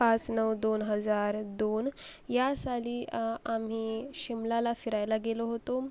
पाच नऊ दोन हजार दोन या साली आम्ही शिमल्याला फिरायला गेलो होतो